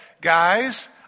guys